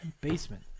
basement